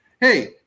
Hey